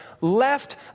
left